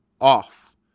off